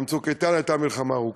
גם "צוק איתן" הייתה מלחמה ארוכה.